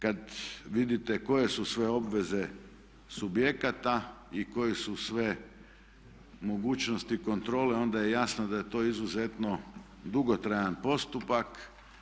Kad vidite koje su sve obveze subjekata i koje su sve mogućnosti kontrole onda je jasno da je to izuzetno dugotrajan postupak.